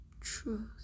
truth